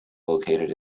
located